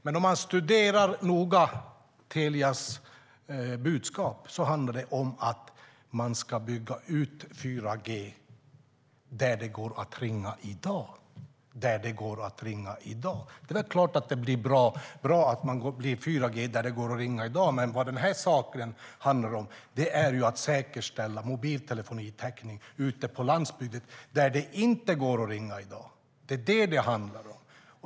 Men när man noga studerar Telias budskap ser man att det handlar om att bygga ut 4G där det går att ringa i dag. Det är väl klart att det är bra att det blir 4G där det går att ringa i dag. Men vad den här saken handlar om är ju att säkerställa mobiltelefonitäckning ute på landsbygden där det inte går att ringa i dag. Det är vad det handlar om.